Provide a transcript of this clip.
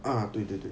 啊对对对